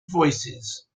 voices